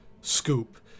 scoop